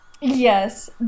Yes